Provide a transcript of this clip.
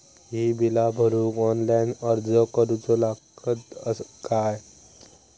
ही बीला भरूक ऑनलाइन अर्ज करूचो लागत काय?